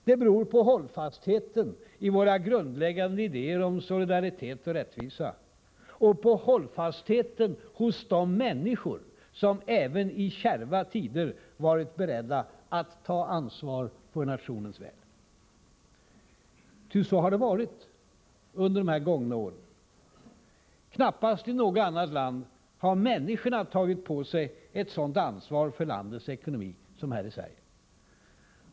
De beror på hållfastheten i våra grundläggande idéer om solidaritet och rättvisa och på hållfastheten hos de människor som även i kärva tider varit beredda att ta ansvar för nationens väl. Ty så har det varit under de här gångna åren. Knappast i något annat land har människorna tagit på sig ett sådant ansvar för landets ekonomi som i Sverige.